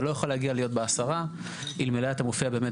אתה לא יכול להגיע להיות בעשרה אלמלא אתה מופיע באמת